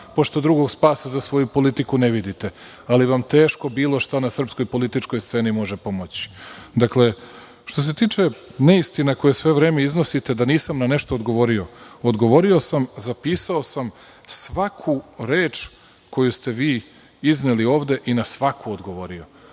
pošto drugog spasa za svoju politiku ne vidite, ali vam teško bilo šta na srpskoj političkoj sceni može pomoći. Dakle, što se tiče neistina koje sve vreme iznosite da nisam na nešto odgovorio, odgovorio sam, zapisao svaku reč koju ste izneli ovde i na svaku odgovorio,